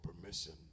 permission